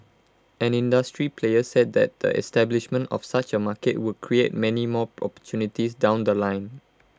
an industry player said that the establishment of such A market would create many more opportunities down The Line